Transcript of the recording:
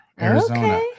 Arizona